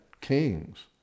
kings